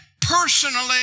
personally